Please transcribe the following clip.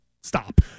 stop